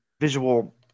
visual